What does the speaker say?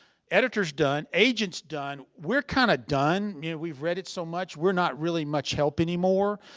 editor's done, agent's done, we're kinda done. yeah we've read it so much, we're not really much help anymore.